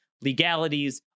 legalities